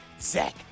zach